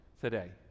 today